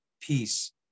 peace